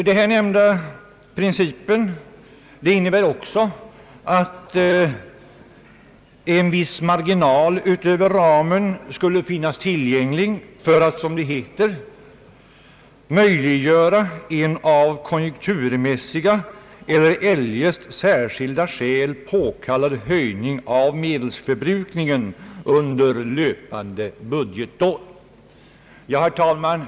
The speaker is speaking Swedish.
Den nämnda principen innebär också att utöver ramen en viss marginal skulle finnas tillgänglig för att, som det heter, möjliggöra en av konjunkturmässiga eller eljest av särskilda skäl påkallad höjning av medelsförbrukningen under löpande budgetår. Herr talman!